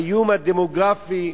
האיום הדמוגרפי,